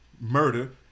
murder